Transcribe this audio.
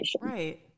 Right